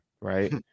right